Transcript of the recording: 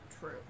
True